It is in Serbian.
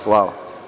Hvala.